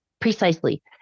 Precisely